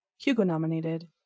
Hugo-nominated